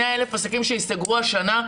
100,000 העסקים שייסגרו השנה,